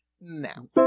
Now